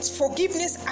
forgiveness